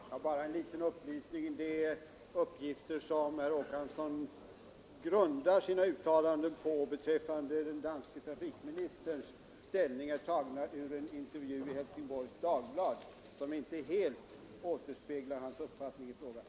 Herr talman! Bara en liten upplysning. De uppgifter som herr Håkansson grundar sina uttalanden av den danske trafikministern på är tagna ur en intervju i Helsingborgs Dagblad, vilken emellertid inte helt återspeglar hans uppfattning i frågan.